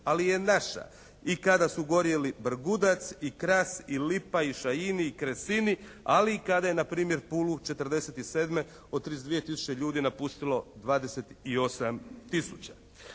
Ali je naša. I kada su gorjeli Brgudac i Kras i Lipa i Šajini i Kresini, ali i kada je na primjer Pulu 1947. od 32 tisuće ljudi napustilo 28